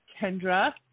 Kendra